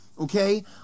okay